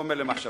חומר למחשבה.